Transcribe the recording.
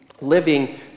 living